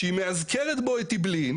מאזכרת את אעבלין.